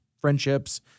friendships